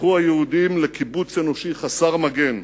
הפכו היהודים לקיבוץ אנושי חסר מגן,